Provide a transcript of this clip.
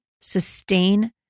sustain